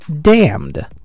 Damned